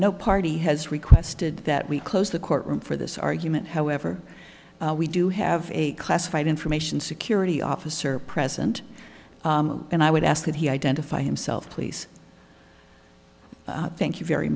no party has requested that we close the courtroom for this argument however we do have a classified information security officer present and i would ask that he identify himself please thank you very